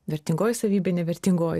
vertingoji savybė ne vertingoji